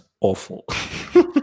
awful